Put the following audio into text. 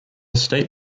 state